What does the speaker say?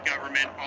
government